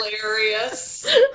hilarious